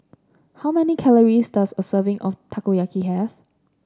how many calories does a serving of Takoyaki have